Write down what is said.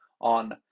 on